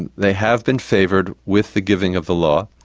and they have been favoured with the giving of the law.